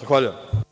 Zahvaljujem.